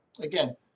Again